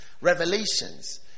Revelations